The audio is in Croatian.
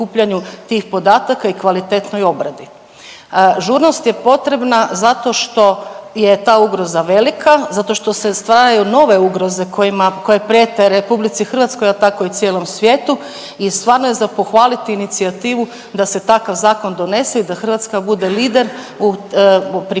tih podataka i kvalitetnoj obradi. Žurnost je potrebna zato što je ta ugroza velika, zato što se stvaraju nove ugroze kojima, koje prijete RH, a tako i cijelom svijetu i stvarno je za pohvalit inicijativu da se takav zakon donese i da Hrvatska bude lider u